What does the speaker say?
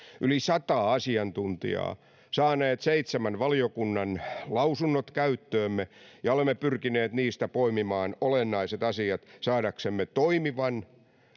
yli sataa asiantuntijaa ja saaneet seitsemän valiokunnan lausunnot käyttöömme ja olemme pyrkineet niistä poimimaan olennaiset asiat saadaksemme toimivan